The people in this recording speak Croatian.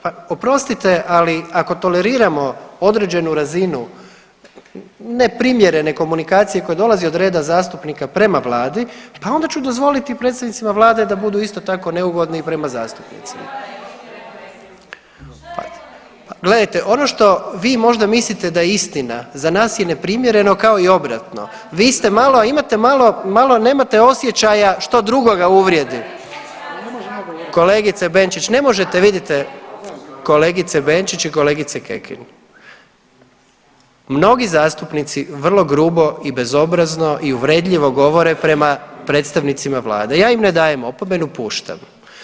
Pa oprostite, ako toleriramo određenu razinu neprimjerene komunikacije koja dolazi od reda zastupnika prema vladi, pa onda ću dozvoliti predstavnicima vlade da budu isto tako neugodni i prema zastupnicima. … [[Upadica se ne razumije.]] Gledajte ono što vi možda mislite da je istina za nas je neprimjereno kao i obratno, vi ste malo, imate malo nemate osjećaja što drugoga uvrijedi. … [[Upadica se ne razumije.]] Kolegice Benčić ne možete vidite, kolegice Benčić i kolegice Kekin mnogi zastupnici vrlo grubo i bezobrazno i uvredljivo govore prema predstavnicima vlade, ja im dajem opomenu, puštam.